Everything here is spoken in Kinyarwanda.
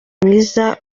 mwiza